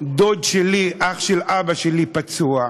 דוד שלי, אח של אבא שלי, פצוע,